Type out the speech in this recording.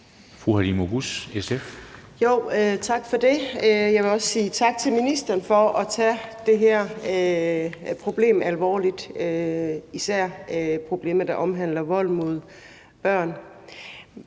Halime Oguz (SF): Tak for det. Jeg vil også sige tak til ministeren for at tage det her problem alvorligt, især når det omhandler vold mod børn.